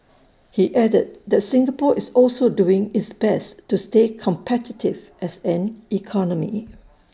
he added that Singapore is also doing its best to stay competitive as an economy